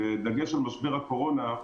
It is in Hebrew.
בדגש על משבר הקורונה.